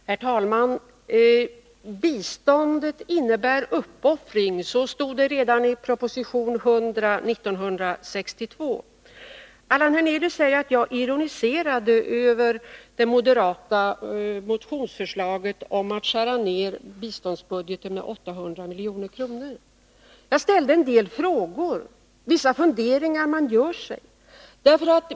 Herr talman! Biståndet innebär uppoffring —så stod det redan i proposition 100 år 1962. Allan Hernelius säger att jag ironiserade över det moderata motionsförslaget om att skära ned biståndsbudgeten med 800 milj.kr. Jag ställde en del frågor, grundade på vissa funderingar som jag haft.